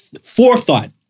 forethought